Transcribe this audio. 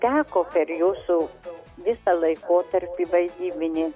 teko per jūsų visą laikotarpį vaizybinį